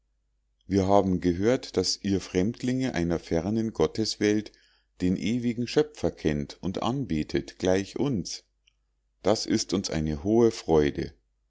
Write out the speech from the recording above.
wir haben gehört daß ihr fremdlinge einer fernen gotteswelt den ewigen schöpfer kennt und anbetet gleich uns das ist uns eine hohe freude